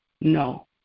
No